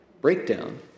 breakdown